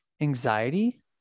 anxiety